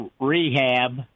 rehab